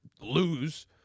lose